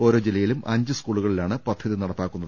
ഓരോ ജില്ലയിലും അഞ്ച് സ്കൂളുകളിലാണ് പദ്ധതി നടപ്പാക്കുന്നത്